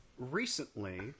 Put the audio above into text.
Recently